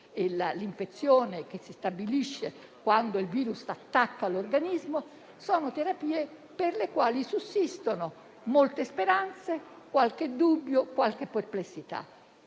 l'infezione che si stabilisce quando il virus attacca l'organismo, sussistono molte speranze e qualche dubbio, qualche perplessità.